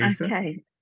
Okay